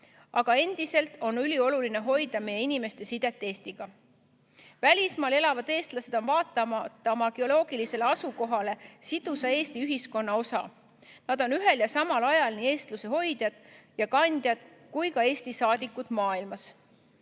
aga endiselt on ülioluline hoida meie inimeste sidet Eestiga. Välismaal elavad eestlased on vaatamata oma geograafilisele asukohale sidusa Eesti ühiskonna osa. Nad on ühel ja samal ajal nii eestluse hoidjad ja kandjad kui ka Eesti saadikud maailmas.